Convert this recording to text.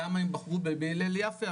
למה הם בחרו בהלל יפה,